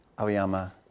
Aoyama